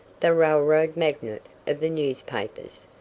the railroad magnate of the newspapers.